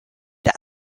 that